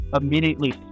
immediately